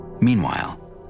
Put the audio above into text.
Meanwhile